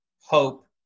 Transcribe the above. hope